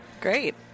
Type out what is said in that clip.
Great